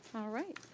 alright.